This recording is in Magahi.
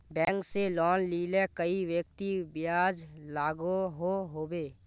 बैंक से लोन लिले कई व्यक्ति ब्याज लागोहो होबे?